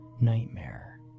nightmare